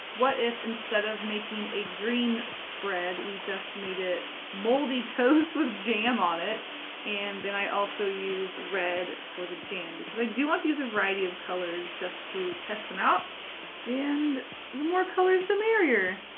what if instead of making a green spread we just made it moldy toast with jam on it and then i also use red for the jam. because i do want to use a variety of colors just to test them out and the more colors the merrier.